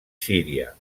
síria